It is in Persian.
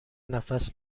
نفس